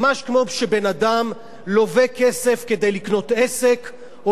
ממש כמו שבן-אדם לווה כסף כדי לקנות עסק או